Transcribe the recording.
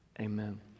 Amen